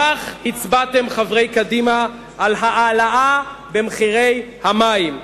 כך הצבעתם, חברי קדימה, על העלאת מחירי המים.